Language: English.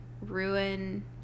ruin